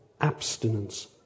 abstinence